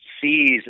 sees